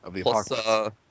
Plus